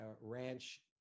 ranch